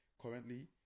currently